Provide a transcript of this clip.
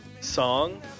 song